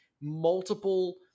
multiple